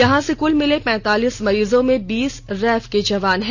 यहां से कुल मिले पैंतालीस मरीजों में बीस रैफ के जवान हैं